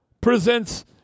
presents